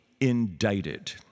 indicted